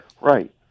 Right